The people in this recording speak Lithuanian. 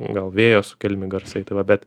gal vėjo sukeliami garsai tai va bet